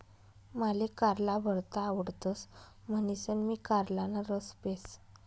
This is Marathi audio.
माले कारला भरता आवडतस म्हणीसन मी कारलाना रस पेस